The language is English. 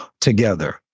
together